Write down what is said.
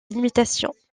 limitations